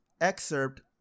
excerpt